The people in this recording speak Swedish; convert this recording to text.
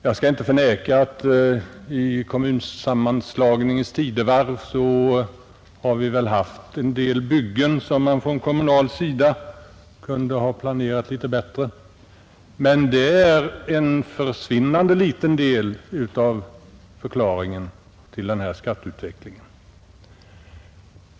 Jag skall inte förneka att det i kommunsammanslagningens tidevarv har förekommit kommunala byggen som kunde ha varit bättre planerade, men här ligger endast en försvinnande liten del av förklaringen till denna skatteutveckling.